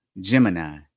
Gemini